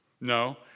No